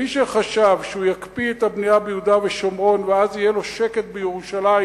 מי שחשב שהוא יקפיא את הבנייה ביהודה ושומרון ואז יהיה לו שקט בירושלים,